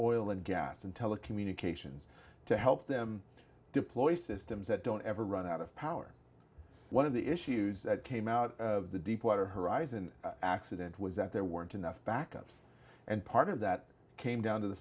oil and gas and telecommunications to help them deploy systems that don't ever run out of power one of the issues that came out of the deepwater horizon accident was that there weren't enough backups and part of that came down to the